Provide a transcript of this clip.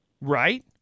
Right